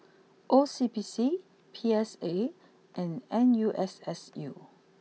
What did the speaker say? O C B C P S A and N U S S U